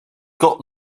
got